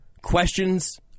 questions